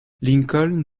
lincoln